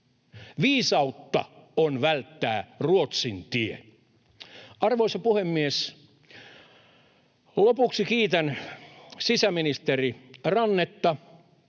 Viisautta on välttää Ruotsin tie. Arvoisa puhemies! Lopuksi kiitän sisäministeri Rannetta